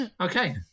Okay